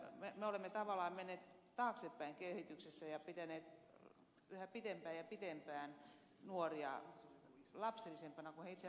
me olemme tavallaan menneet taaksepäin kehityksessä ja pitäneet yhä pitempään ja pitempään nuoria lapsellisempina kuin he itse asiassa ovatkaan